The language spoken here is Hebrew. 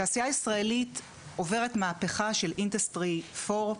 התעשייה הישראלית עוברת מהפכה של אינטסטריפור,